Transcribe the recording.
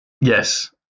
Yes